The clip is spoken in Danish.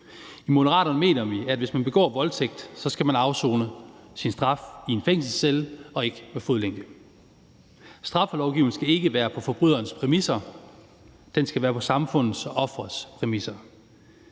I Moderaterne mener vi, at hvis man begår voldtægt, skal man afsone sin straf i en fængselscelle og ikke med fodlænke. Straffelovgivning skal ikke være på forbryderens præmisser, den skal være på samfundets og offerets præmisser.